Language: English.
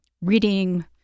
reading